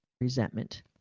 resentment